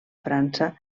frança